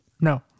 No